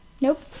Nope